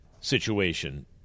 situation